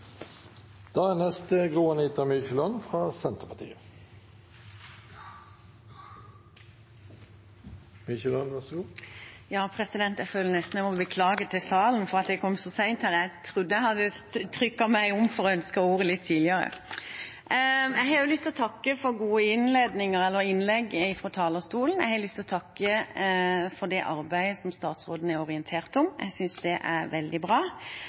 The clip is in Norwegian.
salen for at jeg kom så seint her. Jeg trodde jeg hadde trykket for å be om ordet litt tidligere. Jeg har også lyst til å takke for gode innlegg fra talerstolen, og jeg har lyst til å takke for det arbeidet statsråden har orientert om. Jeg syns det er veldig bra.